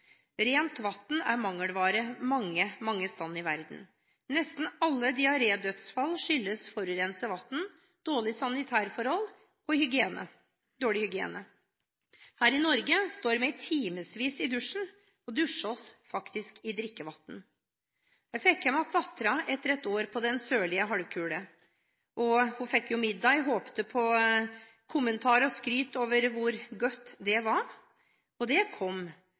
Rent vann er mangelvare mange, mange steder i verden. Nesten alle diarédødsfall skyldes forurenset vann, dårlige sanitærforhold og dårlig hygiene. Her i Norge står vi i timevis i dusjen – og dusjer oss faktisk i drikkevann. Jeg fikk hjem datteren etter ett år på den sørlige halvkule. Hun fikk middag – jeg håpet på kommentarer og skryt av hvor godt det var. Og det kom